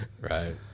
Right